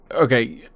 okay